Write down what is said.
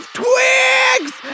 twigs